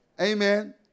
Amen